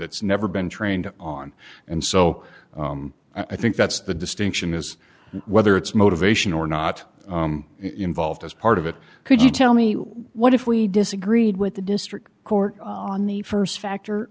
that's never been trained on and so i think that's the distinction is whether it's motivation or not involved as part of it could you tell me what if we disagreed with the district court on the st factor